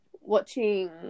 watching